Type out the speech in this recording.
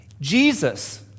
Jesus